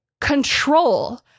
control